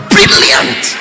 Brilliant